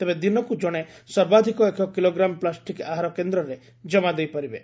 ତେବେ ଦିନକୃ ଜଣେ ସର୍ବାଧକ ଏକ କିଲୋଗ୍ରାମ ପ୍ଲାଷ୍ଟିକ୍ ଆହାର କେନ୍ଦ୍ରରେ ଜମା ଦେଇପାରିବେ